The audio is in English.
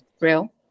real